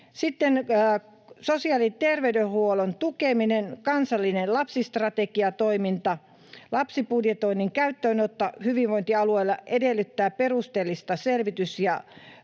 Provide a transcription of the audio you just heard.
Sitten sosiaali- ja terveydenhuollon tukeminen, kansallinen lapsistrategiatoiminta. Lapsibudjetoinnin käyttöönotto hyvinvointialueilla edellyttää perusteellista selvitys- ja